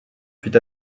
fut